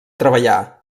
treballar